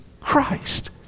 Christ